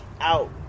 out